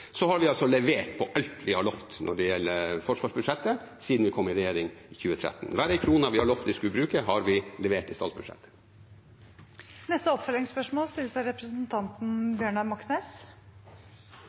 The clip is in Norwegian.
har vi altså levert på alt vi har lovet når det gjelder forsvarsbudsjettet, siden vi kom i regjering i 2013. Hver krone vi har lovet vi skulle bruke, har vi levert i statsbudsjettet. Bjørnar Moxnes – til oppfølgingsspørsmål.